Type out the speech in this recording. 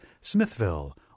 Smithville